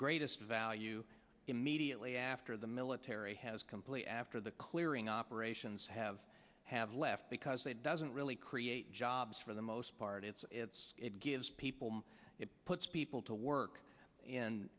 greatest value immediately after the military has complete after the clearing operations have have left because they doesn't really create jobs for the most part it's it's it gives people it puts people to work